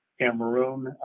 Cameroon